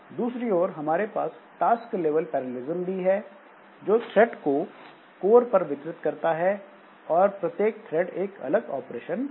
दूसरी ओर हमारे पास टास्क लेवल पैरेललिस्म भी है जो थ्रेड को कोर पर वितरित करता है और प्रत्येक थ्रेड एक अलग ऑपरेशन परफॉर्म करता है